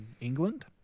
England